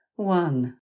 One